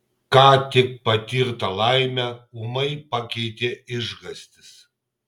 ką tik patirtą laimę ūmai pakeitė išgąstis